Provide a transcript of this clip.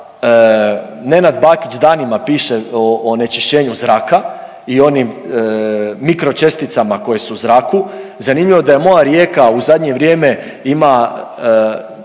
Nenad Bakić danima piše o onečišćenju zraka i onim mikro česticama koje su u zraku. Zanimljivo je da moja Rijeka u zadnje vrijeme ima